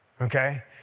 okay